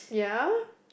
ya